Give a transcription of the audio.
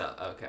Okay